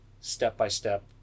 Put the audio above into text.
step-by-step